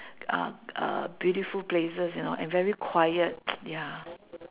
uh uh beautiful places you know and very quiet ya